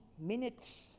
minutes